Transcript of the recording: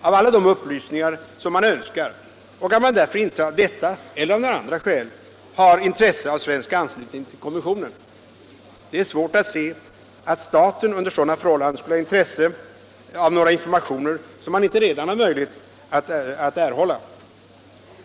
av alla de upplysningar man önskar och att man därför inte av detta skäl — eller några andra — har intresse av svensk anslutning till konventionen. Det är svårt att se att staten under sådana förhållanden skulle ha intresse av några informationer som man inte redan nu har möjlighet att erhålla.